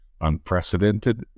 unprecedented